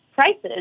prices